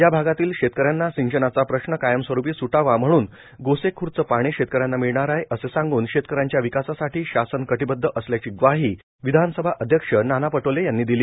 या भागातील शेतकऱ्यांचा सिंचनाचा प्रश्न कायमस्वरुपी सुटावा म्हणून गोसे खूर्दचे पाणी शेतकऱ्यांना मिळणार असे सांगून शेतकऱ्यांच्या विकासासाठी शासन कटिबध्द असल्याची ग्वाही विधानसभा अध्यक्ष नाना पटोले यांनी दिली